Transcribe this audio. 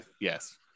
yes